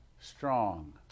strong